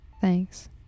Thanks